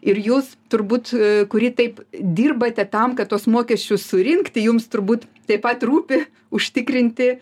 ir jūs turbūt kuri taip dirbate tam kad tuos mokesčius surinkti jums turbūt taip pat rūpi užtikrinti